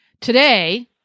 Today